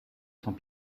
sans